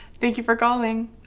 thank you for calling